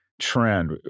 trend